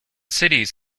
cities